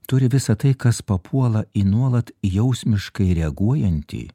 turi visa tai kas papuola į nuolat jausmiškai reaguojantį